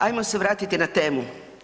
Ajmo se vratiti na temu.